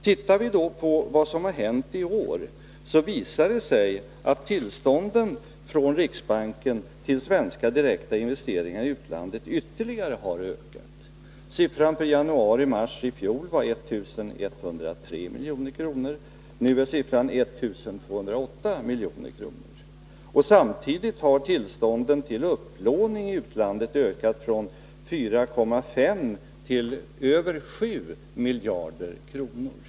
Tittar vi på vad som hänt i år, visar det sig att tillstånden från riksbanken till svenska direkta investeringar i utlandet ytterligare har ökat. Siffran för januari-mars i fjol var 1 103 milj.kr. Nu är siffran 1 208 milj.kr. Samtidigt har tillstånden till upplåning i utlandet ökat från 4,5 till över 7 miljarder Nr 140 kronor.